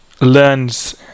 learns